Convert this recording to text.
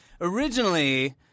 Originally